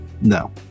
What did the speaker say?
No